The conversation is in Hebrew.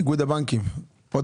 איגוד הבנקים, עוד